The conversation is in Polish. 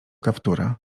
kaptura